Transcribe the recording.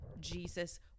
jesus